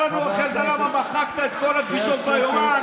תספר לנו אחרי זה למה מחקת את כל הפגישות ביומן,